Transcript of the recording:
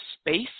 space